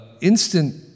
instant